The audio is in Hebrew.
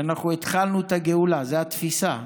שאנחנו התחלנו את הגאולה, זאת התפיסה.